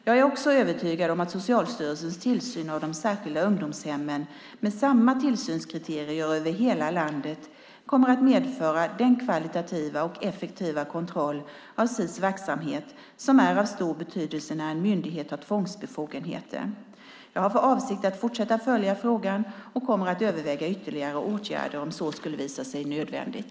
Jag är också övertygad om att Socialstyrelsens tillsyn av de särskilda ungdomshemmen med samma tillsynskriterier över hela landet kommer att medföra den kvalitativa och effektiva kontroll av Sis verksamhet som är av stor betydelse när en myndighet har tvångsbefogenheter. Jag har för avsikt att fortsätta följa frågan och kommer att överväga ytterligare åtgärder om så skulle visa sig nödvändigt.